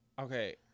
Okay